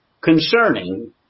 concerning